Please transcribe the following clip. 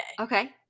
okay